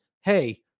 hey